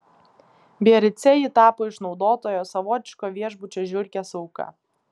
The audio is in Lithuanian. biarice ji tapo išnaudotojo savotiško viešbučio žiurkės auka